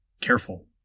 Careful